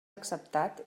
acceptat